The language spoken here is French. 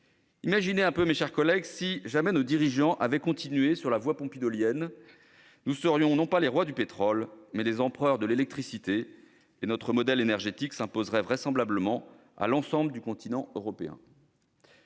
Imaginez un peu, mes chers collègues, si jamais nos dirigeants avaient continué sur la voie pompidolienne, nous serions non pas les rois du pétrole, mais les empereurs de l'électricité, et notre modèle énergétique s'imposerait vraisemblablement à l'ensemble du continent européen